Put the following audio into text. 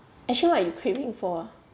actually what you craving for ah